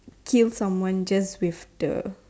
kill someone just with the